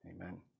Amen